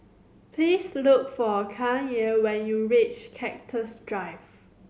please look for Kanye when you reach Cactus Drive